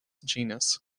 genus